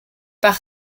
par